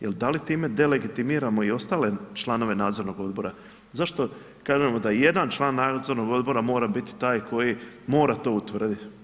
Jel da li time delegitimiramo i ostale članove nadzornog odbora, zašto kažemo da jedan član nadzornog odbora mora biti taj koji mora to utvrditi.